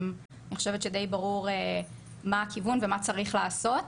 אני חושבת שדי ברור מה הכיוון ומה צריך לעשות.